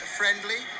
friendly